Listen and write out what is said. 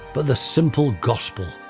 but the simple gospel.